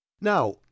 Now